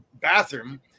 bathroom